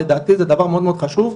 לדעתי זה דבר מאוד מאוד חשוב,